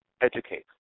educate